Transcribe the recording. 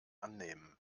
annehmen